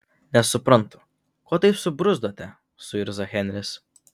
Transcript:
nesuprantu ko taip subruzdote suirzo henris